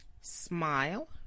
Smile